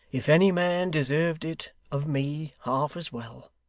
if any man deserved it of me half as well,